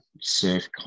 surf